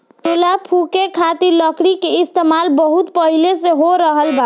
चूल्हा फुके खातिर लकड़ी के इस्तेमाल बहुत पहिले से हो रहल बा